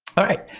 alright,